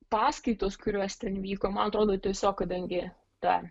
paskaitos kurios ten vyko man atrodo tiesiog kadangi ta